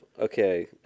Okay